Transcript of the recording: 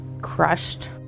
crushed